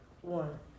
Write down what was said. one